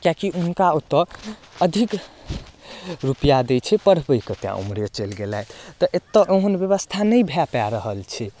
किएक कि हुनका ओतऽ अधिक रुपैआ दै छै पढ़बैके तैं ओम्हरे चलि गेलथि तऽ एतय ओहन व्यवस्था नहि भऽ पाबि रहल छै